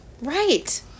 Right